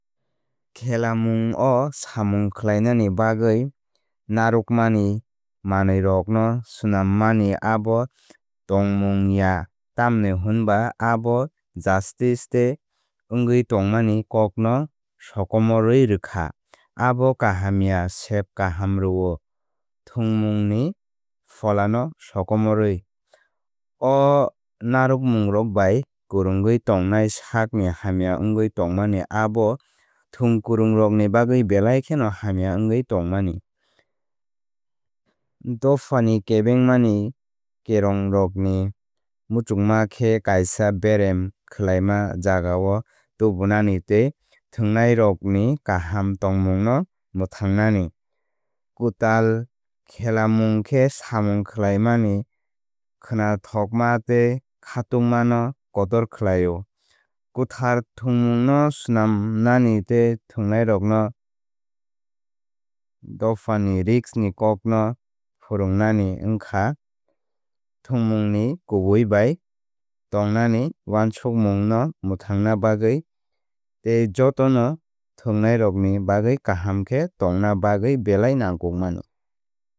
Khelamung o samung khlainani bagwi narwkmani manwirokno swnammani abo tongmung ya tamni hwnba abo justice tei wngwi tongmani kokno sokomorwi rwkha. Abo kaham ya sep kaham rwo thwngmungni pholano sokomorwi. O narwkmungrok bai kwrwngwi tongnai sakni hamya wngwi tongmani abo thwngkwrwng rokni bagwi belai kheno hamya wngwi tongmani. Dophani ni kebengmani kerongrokni muchungma khe kaisa berem khelaima jagano tubunani tei thwngnairokni kaham tongmungno mwthangnani. Kwtal khelamung khe samung khlaimani khwnathokma tei khatungma no kotor khlaio. Kwthar thwngmungno swnamnani tei thwngnairokno dophani ni risk ni kokno phwrwngnani wngkha thwngmungni kubui bai tongnani wansukmung no mwthangna bagwi tei jotono thwngnairokni bagwi kaham khe tongna bagwi belai nangkukmani.